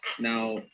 Now